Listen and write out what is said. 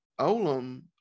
Olam